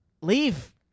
Leave